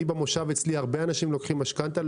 במושב אצלי הרבה אנשים לוקחים משכנתא.